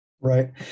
Right